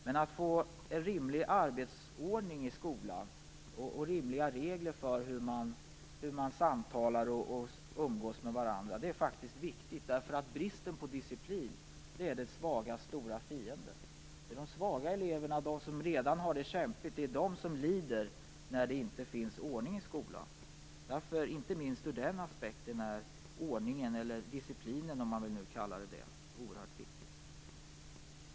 Men att få en rimlig arbetsordning i skolan och rimliga regler för hur man samtalar och umgås med varandra är faktiskt viktigt, därför att bristen på disciplin är de svagas stora fiende. Det är de svaga eleverna, de som redan har det kämpigt, som lider när det inte är ordning i skolan. Inte minst ur den aspekten är ordningen eller disciplinen, om man nu vill kalla det så, oerhört viktig.